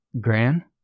Gran